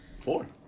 four